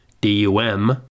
D-U-M